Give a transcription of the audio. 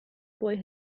boy